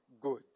good